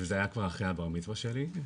וזה היה כבר אחרי הבר מצווה שלי,